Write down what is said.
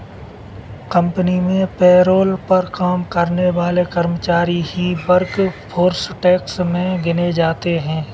company में payroll पर काम करने वाले कर्मचारी ही वर्कफोर्स टैक्स में गिने जाते है